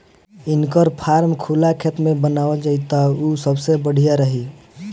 इनकर फार्म खुला खेत में बनावल जाई त उ सबसे बढ़िया रही